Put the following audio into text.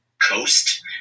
coast